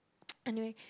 anyway